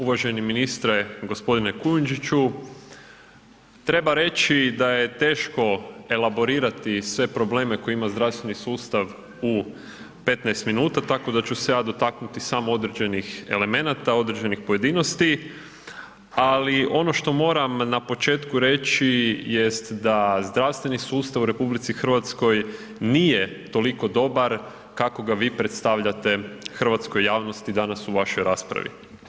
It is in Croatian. Uvaženi ministre g. Kujundžiću, treba reći da je teško elaborirati sve probleme koje ima zdravstveni sustav u 15 minuta, tako da ću se ja dotaknuti samo određenih elemenata, određenih pojedinosti, ali ono što moram na početku reći jest da zdravstveni sustav u RH nije toliko dobar kako ga vi predstavljate hrvatskoj javnosti danas u vašoj raspravi.